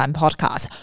podcast